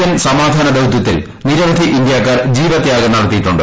N സമാധാന ദൌത്യത്തിൽ നിര്മ്പ്രധീ ഇന്ത്യക്കാർ ജീവത്യാഗം നടത്തിയിട്ടുണ്ട്